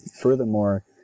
Furthermore